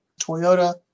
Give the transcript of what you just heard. Toyota